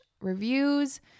Reviews